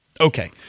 Okay